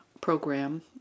program